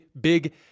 big